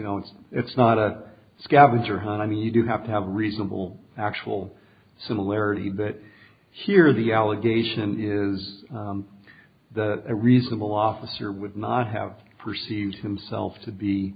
it's it's not a scavenger hunt i mean you do have to have reasonable actual similarity bit here the allegation is that a reasonable officer would not have perceived himself to be